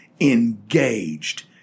engaged